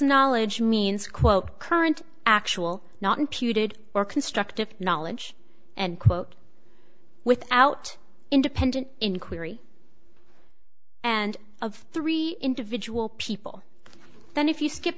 knowledge means quote current actual not imputed or constructive knowledge and quote without independent inquiry and of three individual people then if you